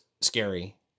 scary